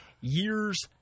years